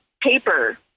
paper